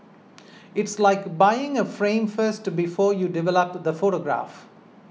it's like buying a frame first before you develop the photograph